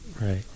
Right